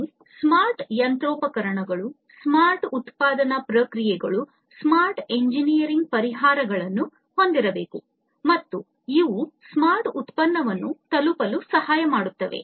ನಾವು ಸ್ಮಾರ್ಟ್ ಯಂತ್ರೋಪಕರಣಗಳು ಸ್ಮಾರ್ಟ್ ಉತ್ಪಾದನಾ ಪ್ರಕ್ರಿಯೆಗಳು ಸ್ಮಾರ್ಟ್ ಎಂಜಿನಿಯರಿಂಗ್ ಪರಿಹಾರಗಳನ್ನು ಹೊಂದಿರಬೇಕು ಮತ್ತು ಇವು ಸ್ಮಾರ್ಟ್ ಉತ್ಪನ್ನವನ್ನು ತಲುಪಲು ಸಹಾಯ ಮಾಡುತ್ತವೆ